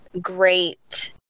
great